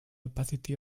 opacity